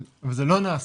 אבל זה לא נעשה,